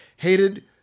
Hated